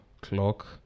clock